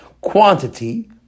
Quantity